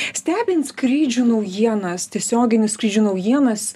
stebint skrydžių naujienas tiesioginių skrydžių naujienas